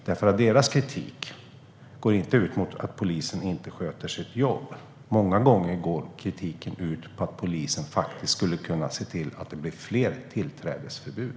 Deras kritik går inte ut på att polisen inte sköter sitt jobb, utan många gånger går den ut på att polisen skulle kunna se till att det blir fler tillträdesförbud.